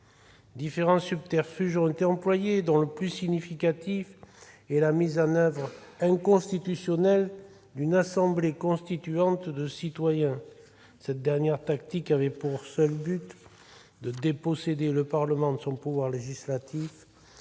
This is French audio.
Différents subterfuges ont été employés, dont le plus significatif est la mise en oeuvre inconstitutionnelle d'une assemblée constituante de citoyens. Cette dernière tactique avait pour seul but de déposséder de son pouvoir législatif